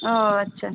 ও আচ্ছা